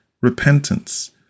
repentance